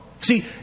See